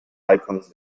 icons